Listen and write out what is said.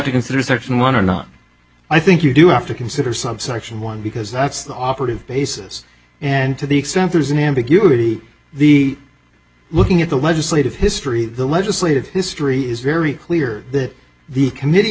to consider a certain one or not i think you do have to consider subsection one because that's the operative basis and to the extent there is an ambiguity the looking at the legislative history the legislative history is very clear that the committee